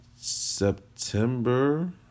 September